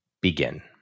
begin